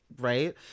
right